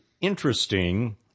interesting